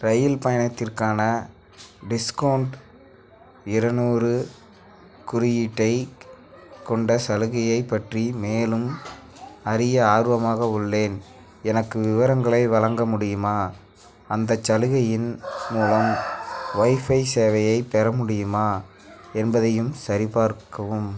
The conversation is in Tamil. ரயில் பயணத்திற்கான டிஸ்கௌண்ட் இரநூறு குறியீட்டைக் கொண்ட சலுகையைப் பற்றி மேலும் அறிய ஆர்வமாக உள்ளேன் எனக்கு விவரங்களை வழங்க முடியுமா அந்தச் சலுகையின் மூலம் ஒய்ஃபை சேவையைப் பெற முடியுமா என்பதையும் சரிபார்க்கவும்